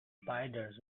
spiders